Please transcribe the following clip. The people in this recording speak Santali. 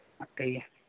ᱴᱷᱤᱠ ᱜᱮᱭᱟ